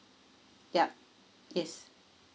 yup yes